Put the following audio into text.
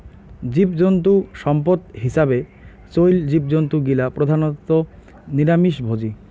জীবজন্তু সম্পদ হিছাবে চইল জীবজন্তু গিলা প্রধানত নিরামিষভোজী